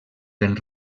ben